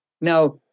now